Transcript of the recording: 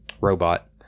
robot